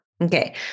Okay